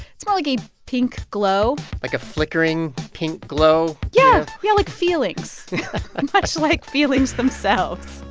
it's more like a pink glow like a flickering pink glow yeah. yeah. like feelings ah much like feelings themselves.